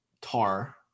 tar